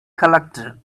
collector